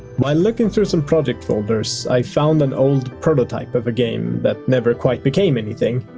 while looking through some project folders, i found an old prototype of a game that never quite became anything.